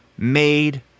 Made